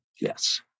Yes